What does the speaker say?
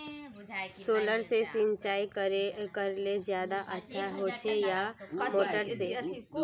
Solar से सिंचाई करले ज्यादा अच्छा होचे या मोटर से?